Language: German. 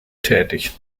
tätig